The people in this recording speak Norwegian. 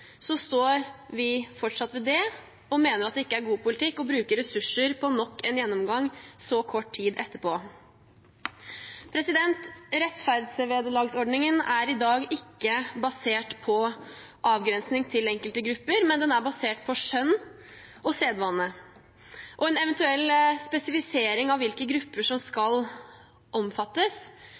står fortsatt ved det, og mener det ikke er god politikk å bruke ressurser på nok en gjennomgang så kort tid etterpå. Rettferdsvederlagsordningen er i dag ikke basert på avgrensing til enkelte grupper, men er basert på skjønn og sedvane. En eventuell spesifisering av hvilke grupper som skal omfattes,